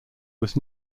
was